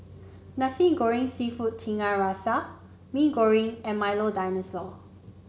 Nasi Goreng seafood Tiga Rasa Mee Goreng and Milo Dinosaur